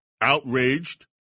outraged